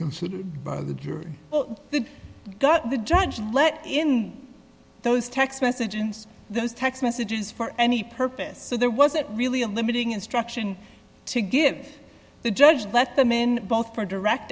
considered by the jury the got the judge let in those text messages those text messages for any purpose so there wasn't really a limiting instruction to give the judge let them in both for direct